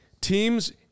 teams